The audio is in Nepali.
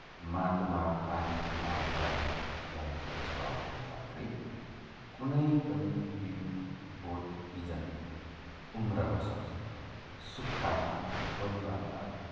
माटोमा पानीको मात्रा रहेको छ भने मात्रै कुनै पनि बिउ बोट बिजन उम्रनसक्छ सुक्खामा बालुवामा